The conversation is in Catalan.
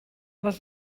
les